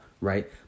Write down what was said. right